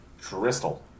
Crystal